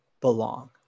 belong